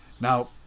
Now